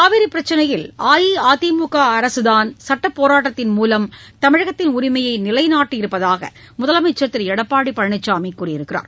காவிரி பிரச்சினையில் அஇஅதிமுக அரசுதான் சட்டப்போராட்டத்தின் மூலம் தமிழகத்தின் உரிமையை நிலைநாட்டியிருப்பதாக முதலமைச்சர் திரு எடப்பாடி பழனிசாமி கூறியிருக்கிறார்